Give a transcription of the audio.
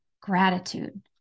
gratitude